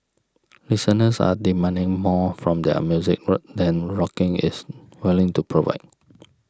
listeners are demanding more from their music than rocking is willing to provide